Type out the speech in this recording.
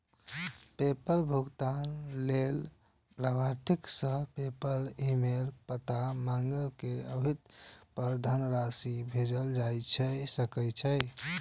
PayPal भुगतान लेल लाभार्थी सं पेपल ईमेल पता मांगि कें ओहि पर धनराशि भेजल जा सकैए